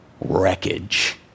wreckage